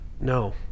no